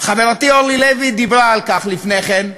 חברתי אורלי לוי דיברה על כך לפני כן,